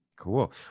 Cool